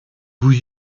vous